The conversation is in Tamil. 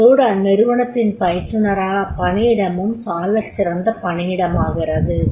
அத்தோடு அந்நிறுவனத்தின் பயிற்றுனரால் அப்பணியிடமும் சாலச்சிறந்த பணியிடமாகிறது